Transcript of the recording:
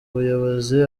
ubuyobozi